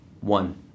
One